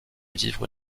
vivre